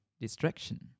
Distraction